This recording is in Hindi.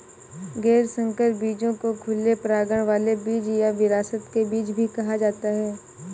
गैर संकर बीजों को खुले परागण वाले बीज या विरासत के बीज भी कहा जाता है